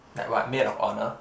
like what maid of honour